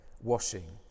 washing